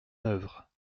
œuvre